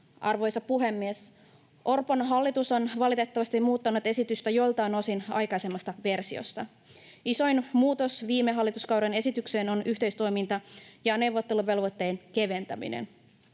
Arvoisa puhemies! Orpon hallitus on valitettavasti muuttanut esitystä joiltain osin aikaisemmasta versiosta. Isoin muutos viime hallituskauden esitykseen on yhteistoiminta- ja neuvotteluvelvoitteen keventäminen.